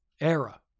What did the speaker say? era